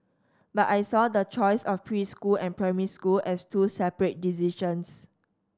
but I saw the choice of preschool and primary school as two separate decisions